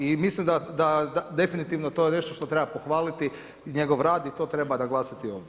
I mislim da definitivno to je nešto što treba pohvaliti, njegov rad i to treba naglasiti ovdje.